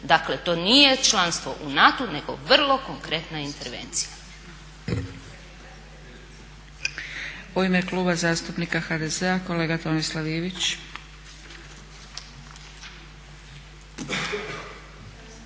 Dakle to nije članstvo u NATO-u nego vrlo konkretna intervencija.